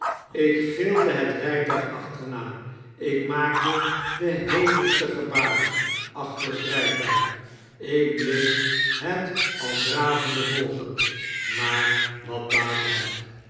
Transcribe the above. ik gilde het rytuig achterna ik maakte de hevigste gebaren achter het rytuig ik bleef het al dravende volgen maar wat baatte het